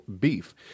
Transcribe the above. beef